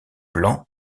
blanc